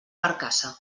barcassa